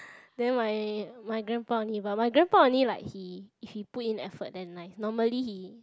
then my my grandpa only but my grandpa only like he if he put in effort then nice normally he